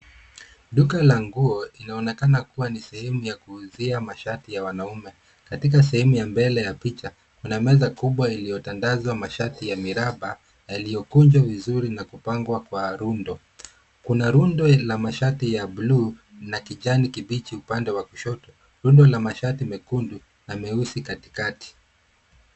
Duka la nguo inaonekana kuwa ni sehemu ya kuuzia mashati ya wanaume. Katika sehemu ya mbele ya picha, kuna meza kubwa iliyotandaza mashati ya miraba, yaliyokunjwa vizuri na kupangwa kwa rundo. Kuna rundo la mashati ya buluu na kijani kibichi upande wa kushoto, rundo ya mashati mekundu na meusi katikati.